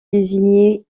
désignés